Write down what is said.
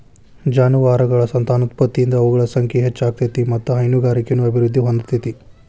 ಜಾನುವಾರಗಳ ಸಂತಾನೋತ್ಪತ್ತಿಯಿಂದ ಅವುಗಳ ಸಂಖ್ಯೆ ಹೆಚ್ಚ ಆಗ್ತೇತಿ ಮತ್ತ್ ಹೈನುಗಾರಿಕೆನು ಅಭಿವೃದ್ಧಿ ಹೊಂದತೇತಿ